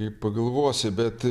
kaip pagalvosi bet